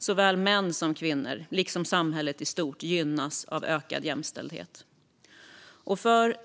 Såväl män som kvinnor och samhället i stort gynnas av ökad jämställdhet.